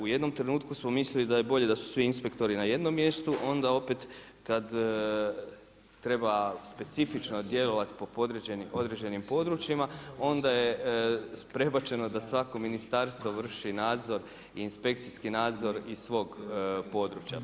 U jednom trenutku smo mislili da je bolje da su svi inspektori na jednom mjestu onda opet kada treba specifično djelovati po određenim područjima onda je prebačeno da svako ministarstvo vrši nadzor i inspekcijski nadzor iz svog područja.